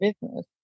business